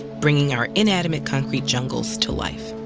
bringing our inanimate concrete jungles to life.